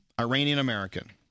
Iranian-American